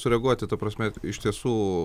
sureaguoti ta prasme iš tiesų